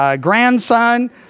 grandson